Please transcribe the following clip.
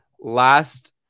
last